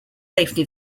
safety